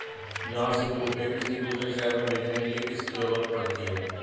यहाँ से रुपये किसी दूसरे शहर में भेजने के लिए किसकी जरूरत पड़ती है?